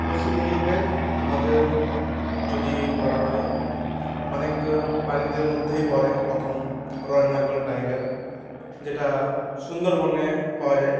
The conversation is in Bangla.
পশ্চিমবঙ্গের আমাদের যদি বলা হয় অনেক প্রণীদের মধ্যেই পরে পথম রয়েল বেঙ্গল টাইগার যেটা সুন্দরবনে পাওয়া যায়